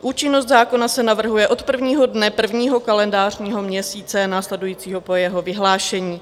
Účinnost zákona se navrhuje od prvního dne prvního kalendářního měsíce následujícího po jeho vyhlášení.